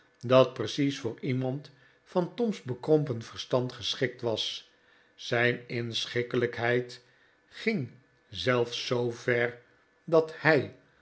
dat precies voor iemand van tom's bekrompen verstand geschikt was zijn inschikkelijkheid ging zelfs zoover dat hij